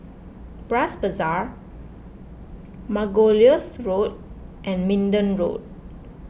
Bras Basah Margoliouth Road and Minden Road